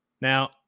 Now